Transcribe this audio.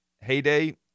heyday